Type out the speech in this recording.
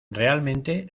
realmente